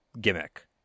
gimmick